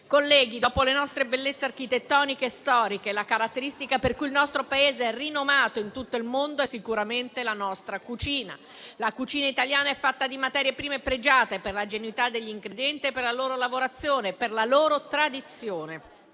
Colleghi, dopo le nostre bellezze architettoniche e storiche, la caratteristica per cui il nostro Paese è rinomato in tutto il mondo è sicuramente la nostra cucina. La cucina italiana è fatta di materie prime pregiate, per la genuinità degli ingredienti, per la loro lavorazione e per la loro tradizione.